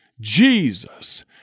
Jesus